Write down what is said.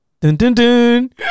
Dun-dun-dun